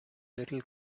little